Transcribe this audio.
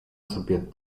sobie